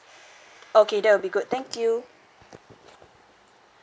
okay that will be good thank you